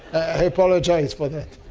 i apologize for that.